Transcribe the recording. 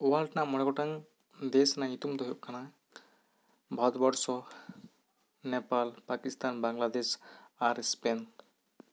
world ᱨᱮᱱᱟᱜ ᱢᱚᱬᱮ ᱜᱚᱴᱟᱝ ᱫᱮᱥ ᱨᱮᱱᱟᱜ ᱧᱩᱛᱩᱢ ᱫᱚ ᱦᱩᱭᱩᱜ ᱠᱟᱱᱟ ᱵᱷᱟᱨᱚᱛᱵᱚᱨᱥᱚ ᱱᱮᱯᱟᱞ ᱯᱟᱠᱤᱥᱛᱷᱟᱱ ᱵᱟᱝᱞᱟᱫᱮᱥ ᱟᱨ ᱥᱯᱮᱱ